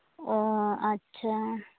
ᱚᱻ ᱟᱪᱪᱷᱟ